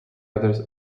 others